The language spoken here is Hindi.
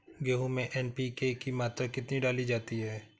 गेहूँ में एन.पी.के की मात्रा कितनी डाली जाती है?